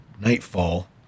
nightfall